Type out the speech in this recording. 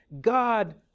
God